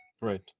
Right